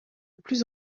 plus